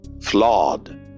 flawed